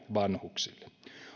vanhuksille